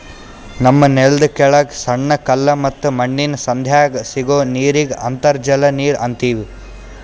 ನಮ್ಮ್ ನೆಲ್ದ ಕೆಳಗ್ ಸಣ್ಣ ಕಲ್ಲ ಮತ್ತ್ ಮಣ್ಣಿನ್ ಸಂಧ್ಯಾಗ್ ಸಿಗೋ ನೀರಿಗ್ ಅಂತರ್ಜಲ ನೀರ್ ಅಂತೀವಿ